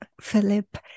Philip